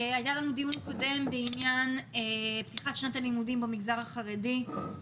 היה לנו דיון קודם בעניין פתיחת שנת הלימודים במגזר החרדי,